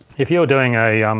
if you were doing a, um